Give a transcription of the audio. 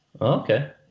okay